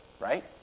right